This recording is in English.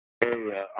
Hey